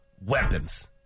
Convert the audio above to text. weapons